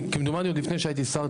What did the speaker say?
כמדומני עוד לפני שהייתי שר.